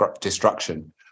destruction